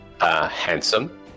handsome